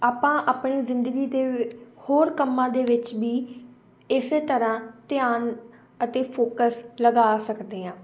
ਆਪਾਂ ਆਪਣੀ ਜ਼ਿੰਦਗੀ ਦੇ ਹੋਰ ਕੰਮਾਂ ਦੇ ਵਿੱਚ ਵੀ ਇਸੇ ਤਰ੍ਹਾਂ ਧਿਆਨ ਅਤੇ ਫੋਕਸ ਲਗਾ ਸਕਦੇ ਹਾਂ